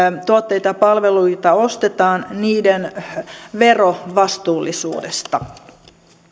tuotteita ja palveluita ostetaan verovastuullisuudesta